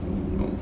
oh no